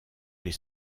les